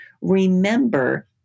Remember